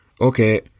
Okay